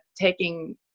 taking